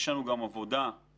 יש לנו גם עבודה משמעותית